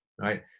right